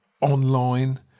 online